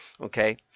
Okay